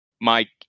Mike